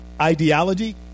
ideology